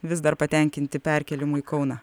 vis dar patenkinti perkėlimu į kauną